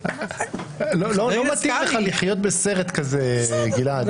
לא מתאים לך לחיות בסרט כזה, גלעד.